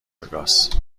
وگاس